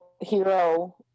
hero